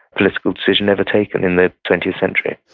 political decision, ever taken in the twentieth century